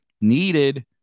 needed